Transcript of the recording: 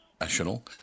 national